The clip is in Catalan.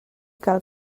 cal